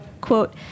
Quote